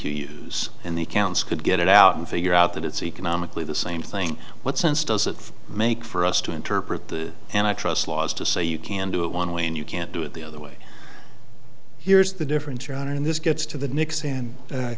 you use and the council could get it out and figure out that it's economically the same thing what sense does it make for us to interpret the and i trust laws to say you can do it one way and you can't do it the other way here's the difference around and this gets to the knicks an